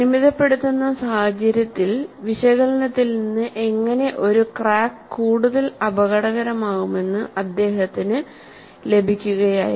പരിമിതപ്പെടുത്തുന്ന സാഹചര്യത്തിൽ വിശകലനത്തിൽ നിന്ന് എങ്ങനെ ഒരു ക്രാക്ക് കൂടുതൽ അപകടകരമാകുമെന്ന് അദ്ദേഹത്തിന് ലഭിക്കുകയായിരുന്നു